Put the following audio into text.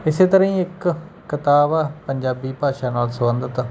ਇਸ ਤਰ੍ਹਾਂ ਹੀ ਇੱਕ ਕਿਤਾਬ ਆ ਪੰਜਾਬੀ ਭਾਸ਼ਾ ਨਾਲ ਸੰਬੰਧਿਤ